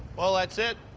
well, that's it.